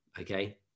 okay